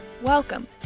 Welcome